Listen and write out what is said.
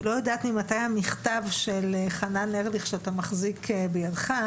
אני לא יודעת ממתי המכתב של חנן ארליך שאתה מחזיק בידך,